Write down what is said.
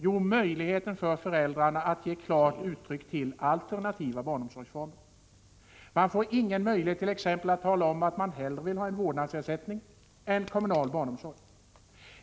Jo, möjligheten för föräldrarna att ge klart uttryck för önskan om alternativa barnomsorgsformer. Man får t.ex. ingen möjlighet att tala om att man hellre vill ha en vårdnadsersättning än kommunal barnomsorg.